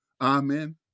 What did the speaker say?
Amen